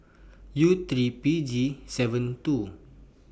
U three P G seven two